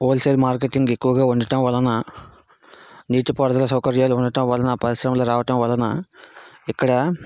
whole sale marketing ఎక్కువగా ఉండటం వలన నీటి పారుదల సౌకర్యాలు ఉండటం వలన పరిశ్రమలు రావటం వలన ఇక్కడ